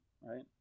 right